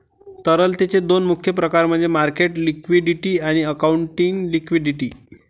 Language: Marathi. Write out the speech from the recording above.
तरलतेचे दोन मुख्य प्रकार म्हणजे मार्केट लिक्विडिटी आणि अकाउंटिंग लिक्विडिटी